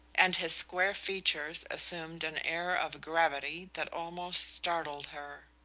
and his square features assumed an air of gravity that almost startled her.